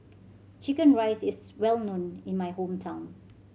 chicken rice is well known in my hometown